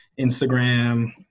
instagram